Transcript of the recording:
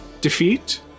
Defeat